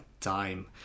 time